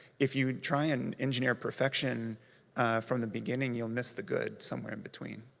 if you try and engineer perfection from the beginning, you'll miss the good somewhere in-between.